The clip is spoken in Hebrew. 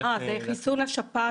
למה לא מכניסים את חיסון השפעת?